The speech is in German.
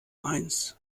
eins